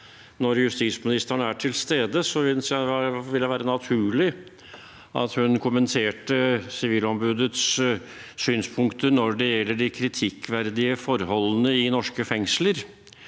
Når justisministeren er til stede, synes jeg det ville være naturlig at hun kommenterte Sivilombudets synspunkter når det gjelder de kritikkverdige forholdene i norske fengsler,